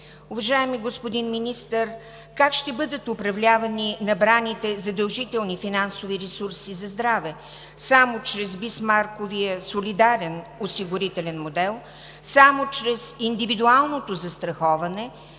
Уважаеми господин Министър, как ще бъдат управлявани набраните задължителни финансови ресурси за здраве – само чрез Бисмарковия солидарен осигурителен модел, само чрез индивидуалното застраховане